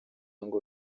ngo